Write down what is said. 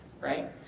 right